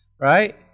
right